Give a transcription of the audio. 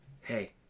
hey